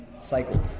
cycle